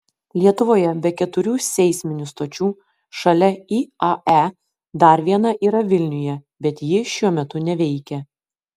lietuvoje be keturių seisminių stočių šalia iae dar viena yra vilniuje bet ji šiuo metu neveikia